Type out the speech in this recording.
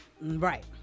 Right